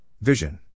Vision